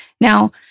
Now